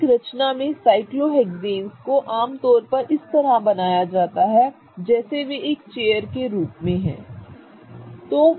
एक रचना में साइक्लोहेक्सन्स को आम तौर पर इस तरह बनाया जाता है जैसे वे एक चेयर के रूप में हैं ठीक है